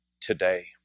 today